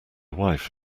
wife